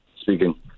Speaking